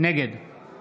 נגד